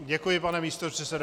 Děkuji, pane místopředsedo.